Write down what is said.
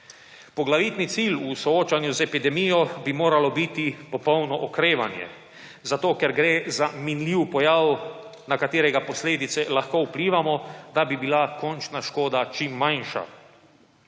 Poglavitni cilj v soočanju z epidemijo bi moralo biti popolno okrevanje, zato ker gre za minljiv pojav, na katerega posledice lahko vplivamo, da bi bila končna škoda čim manjša.